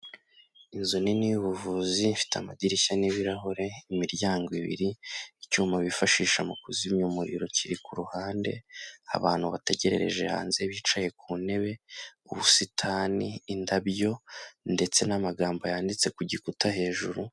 Inzu nini y'ubuvuzi ifite amadirishya n'ibirahure, imiryango ibiri, icyuma bifashisha mu kuzimya umuriro kiri ku ruhande, abantu bategerereje hanze bicaye ku ntebe, ubusitani, indabyo ndetse n'amagambo yanditse ku gikuta hejuru.